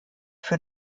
für